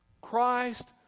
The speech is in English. Christ